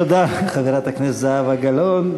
תודה, חברת הכנסת זהבה גלאון.